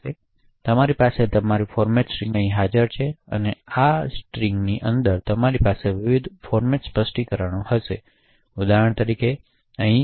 તેથી તમારી પાસે તમારી ફોર્મેટ સ્ટ્રિંગ અહીં હાજર રહેશે અને આ બંધારણની સ્ટ્રિંગની અંદર તમારી પાસે વિવિધ ફોર્મેટ સ્પષ્ટીકરણો હશે ઉદાહરણ તરીકે અહીં ઉપર ઉલ્લેખિત એક d છે